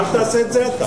אל תעשה את זה אתה.